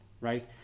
right